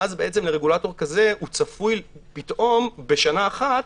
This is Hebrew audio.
ואז רגולטור כזה צפוי פתאום בשנה אחת